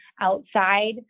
outside